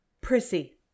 Prissy